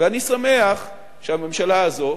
אני שמח שהממשלה הזאת,